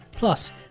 Plus